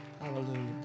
Hallelujah